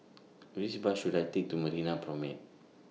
Which Bus should I Take to Marina Promenade